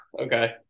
okay